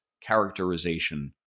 characterization